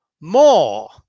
more